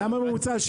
למה ממוצע?